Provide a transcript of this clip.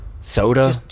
Soda